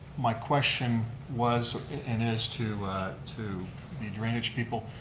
my question was and is to to the drainage people,